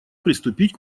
приступить